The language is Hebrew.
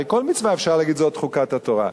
הרי על כל מצווה אפשר להגיד: זאת חוקת התורה,